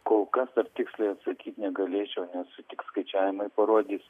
kol kas dar tiksliai atsakyt negalėčiau nes tik skaičiavimai parodys